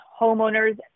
homeowners